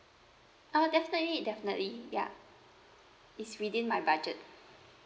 uh definitely definitely ya it's within my budget